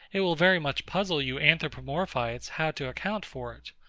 it will very much puzzle you anthropomorphites, how to account for it.